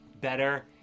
better